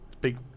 Big